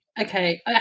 Okay